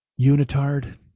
unitard